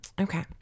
Okay